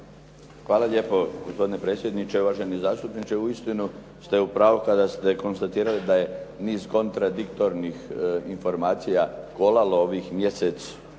Hvala lijepo gospodine predsjedniče, uvaženi zastupniče. Uistinu ste u pravu kada ste konstatirali da je niz kontradiktornih informacija kolalo ovih mjesec,